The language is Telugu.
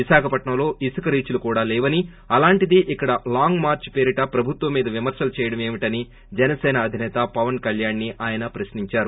విశాఖపట్సంలో ఇసుక రీచులు కూడా లేవని అలాంటిది ఇక్కడ లాంగ్ మార్చ్ పేరిట ప్రభుత్వం మీద విమర్పలు చేయడమేంటని జనసేన అధిసేత పవన్ కళ్యాణ్ ని ేఆయన ప్రశ్నించారు